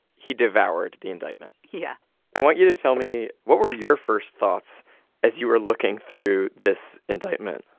he devoured the indictment yeah i want you to tell me what were your first thoughts as you were looking through this indictment?